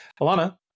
Alana